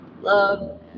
love